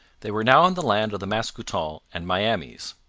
they were now in the land of the mascoutens and miamis.